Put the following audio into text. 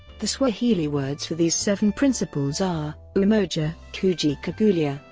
the swahili words for these seven principles are umoja, kujichagulia,